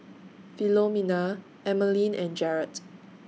Philomena Emaline and Jarrett